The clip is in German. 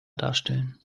darstellen